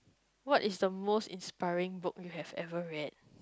what is the most inspiring book you have ever read